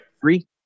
Three